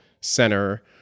Center